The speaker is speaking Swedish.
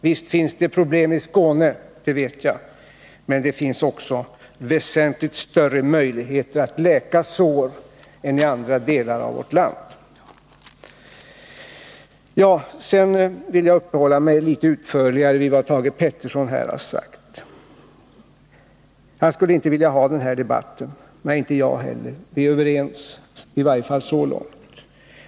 Visst vet jag att det finns problem i Skåne, men där finns det också väsentligt större möjligheter att läka sår än i andra delar av vårt land. Jag skall uppehålla mig litet utförligare vid vad Thage Peterson här har sagt. Han skulle inte vilja ha den här debatten. Nej, det skulle inte jag heller vilja. Vi är överens, i varje fall så långt.